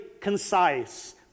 concise